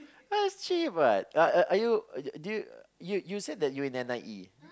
that's cheap what are are are you uh do do you you you said that you in N_I_E